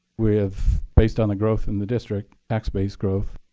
we have, based on the growth in the district, tax base growth,